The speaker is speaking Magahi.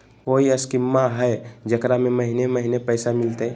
कोइ स्कीमा हय, जेकरा में महीने महीने पैसा मिलते?